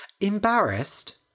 Embarrassed